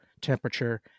temperature